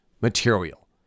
material